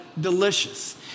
delicious